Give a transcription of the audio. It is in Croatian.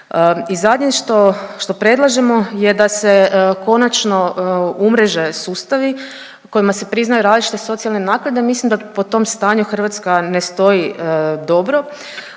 I zadnje što, što predlažemo je da se konačno umreže sustavi kojima se priznaju različite socijalne naknade. Ja mislim da po tom stanju Hrvatska ne stoji dobro